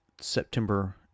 September